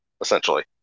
essentially